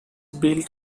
built